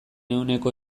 ehuneko